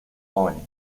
jóvenes